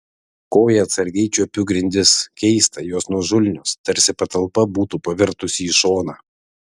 koja atsargiai čiuopiu grindis keista jos nuožulnios tarsi patalpa būtų pavirtusi į šoną